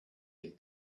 had